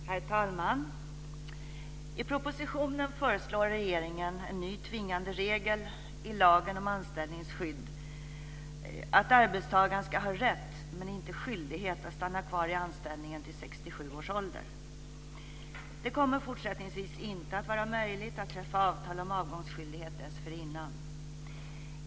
Herr talman! I propositionen föreslår regeringen en ny tvingande regel i lagen om anställningsskydd om att arbetstagaren ska ha rätt, men inte skyldighet, att stanna kvar i anställningen till 67 års ålder. Det kommer fortsättningsvis inte att vara möjligt att träffa avtal om avgångsskyldighet dessförinnan.